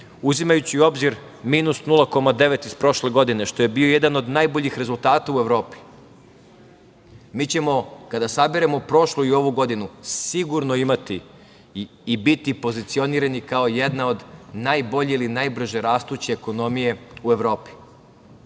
uzimajući u obzir minus 0,9 iz prošle godine, što je bio jedan od najboljih rezultata u Evropi. Mi ćemo kada saberemo prošlu i ovu godinu sigurno imati i biti pozicionirani kao jedna od najbolje ili najbrže rastuće ekonomije u Evropi. Uvaženi